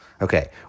Okay